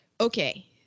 Okay